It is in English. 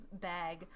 bag